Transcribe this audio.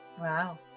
Wow